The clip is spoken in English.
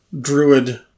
Druid